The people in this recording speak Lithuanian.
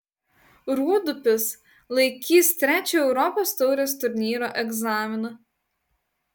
rūdupis laikys trečią europos taurės turnyro egzaminą